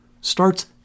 starts